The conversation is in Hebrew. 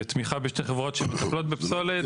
תמיכה בשתי חברות שמתמחות בפסולת.